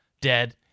dead